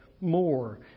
more